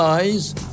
Eyes